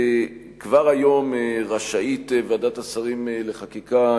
כבר היום רשאית ועדת השרים לחקיקה,